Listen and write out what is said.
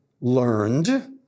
learned